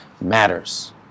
matters